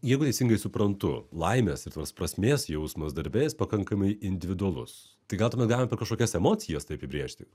jeigu teisingai suprantu laimės ir tos prasmės jausmas darbe jis pakankamai individualus tai gal tuomet galima per kažkokias emocijas tai apibrėžti